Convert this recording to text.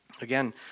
Again